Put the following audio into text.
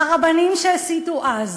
והרבנים שהסיתו אז,